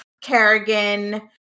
Kerrigan